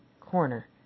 corner